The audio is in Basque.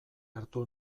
hartu